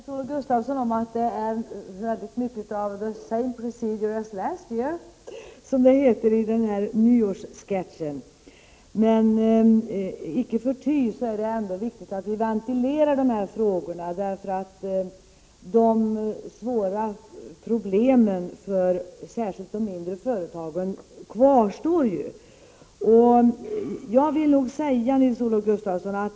Herr talman! Jag kan hålla med Nils-Olof Gustafsson om att det är mycket av ”the same procedure as last year”, som det heter i nyårssketchen. Icke förty är det viktigt att vi ventilerar dessa frågor. De svåra problemen för särskilt de mindre företagen kvarstår ju.